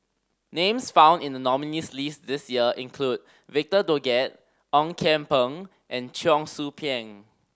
names found in the nominees' list this year include Victor Doggett Ong Kian Peng and Cheong Soo Pieng